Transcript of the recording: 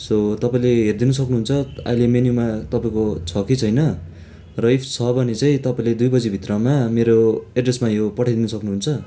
so तपाईँले हेरिदिनु सक्नुहुन्छ अहिले मेन्यूमा तपाईँको छ कि छैन र इफ छ भने चाहिँ तपाईँले दुई बजीभित्रमा मेरो एड्रेसमा यो पठाइदिनु सक्नुहुन्छ